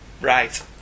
Right